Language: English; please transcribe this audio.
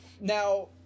Now